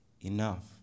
enough